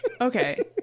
Okay